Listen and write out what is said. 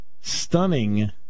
stunning